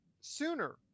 sooner